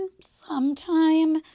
sometime